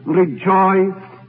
rejoice